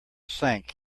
sank